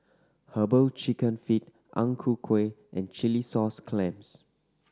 Herbal Chicken Feet Ang Ku Kueh and chilli sauce clams